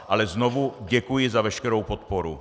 Ale znovu děkuji za veškerou podporu.